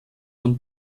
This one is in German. von